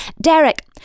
Derek